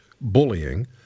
bullying